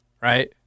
right